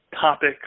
topic –